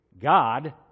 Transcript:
God